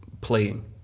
playing